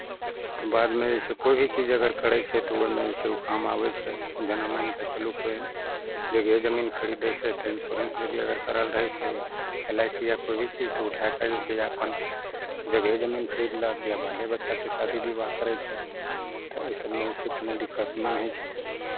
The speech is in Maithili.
तऽ बादमे जे छै कोइ भी चीज अगर करै छै तऽ ओहिमे जे छै ओ काम आबै छै जेना मानि कऽ चलू कोइ जगहे जमीन खरीदे छै तऽ इन्श्योरेंस यदि अगर करल रहै छै एल आइ सी या कोइ भी चीज तऽ उठाए कऽ जे छै अपन जगहे जमीन खरीदलक या बाले बच्चाके शादी विवाह करै छै तऽ एहि सभमे जे छै कोनो दिक्कत नहि होइ छै